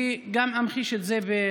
אני אמחיש את זה במספרים: